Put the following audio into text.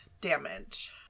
damage